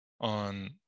on